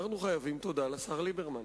אנחנו חייבים תודה לשר ליברמן